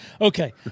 Okay